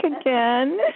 again